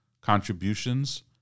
contributions